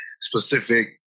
specific